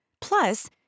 Plus